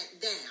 down